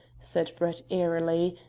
said brett airily,